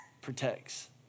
protects